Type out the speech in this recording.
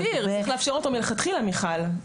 לא רק מתיר, צריך לאפשר אותו מלכתחילה, מיכל.